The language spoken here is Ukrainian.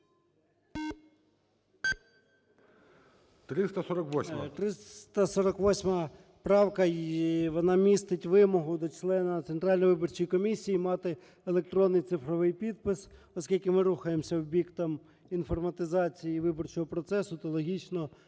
348 правка, вона містить вимогу до члена Центральної виборчої комісії мати електронний цифровий підпис, оскільки ми рухаємося в бік, там, інформатизації виборчого процесу, то логічно,